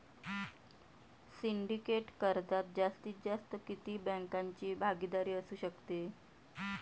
Syndicate कर्जात जास्तीत जास्त किती बँकांची भागीदारी असू शकते?